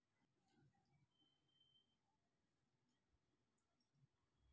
పంట తర్వాత నిల్వ చేసే పద్ధతులు మీకు తెలుసా?